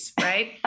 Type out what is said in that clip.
right